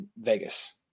Vegas